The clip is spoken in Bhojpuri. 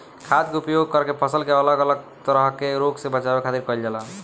खाद्य के उपयोग करके फसल के अलग अलग तरह के रोग से बचावे खातिर कईल जाला